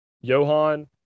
Johan